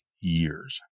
years